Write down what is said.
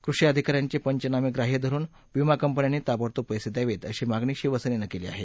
कृषी अधिका यांचे पंचनामे ग्राह्य धरुन विमा कंपन्यांनी ताबडतोब पर्सीद्यावेत अशी मागणी शिवसेनेनं केली आहे